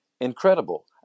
incredible